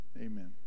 Amen